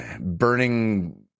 burning